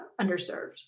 underserved